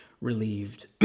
relieved